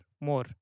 more